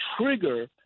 trigger